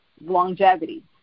longevity